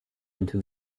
into